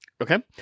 Okay